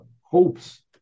hopes